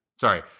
sorry